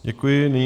Děkuji.